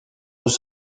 aux